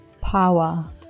power